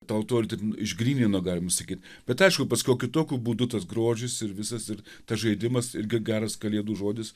tą altorių taip išgrynino galima sakyt bet aišku paskiau kitokiu būdu tas grožis ir visas ir tas žaidimas ir ge geras kalėdų žodis